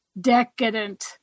decadent